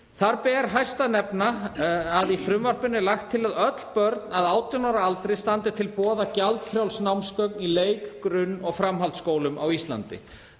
Þar ber helst að nefna að í frumvarpinu er lagt til að öllum börnum að 18 ára aldri standi til boða gjaldfrjáls námsgögn í leik-, grunn- og framhaldsskólum á Íslandi.